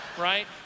Right